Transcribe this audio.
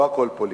לא הכול פוליטי,